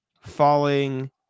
falling